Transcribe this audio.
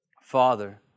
Father